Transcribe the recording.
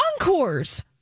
encores